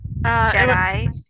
Jedi